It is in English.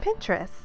Pinterest